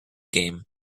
game